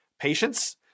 patience